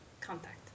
contact